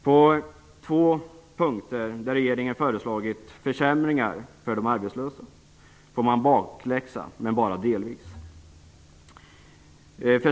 På två punkter där regeringen föreslagit försämringar för de arbetslösa får man bakläxa, men bara delvis.